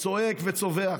צועק וצווח.